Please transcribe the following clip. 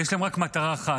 ויש להם רק מטרה אחת,